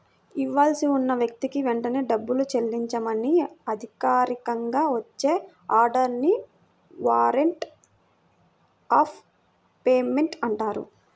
ఇవ్వాల్సి ఉన్న వ్యక్తికి వెంటనే డబ్బుని చెల్లించమని అధికారికంగా వచ్చే ఆర్డర్ ని వారెంట్ ఆఫ్ పేమెంట్ అంటారు